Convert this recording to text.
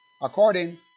According